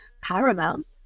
paramount